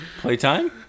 Playtime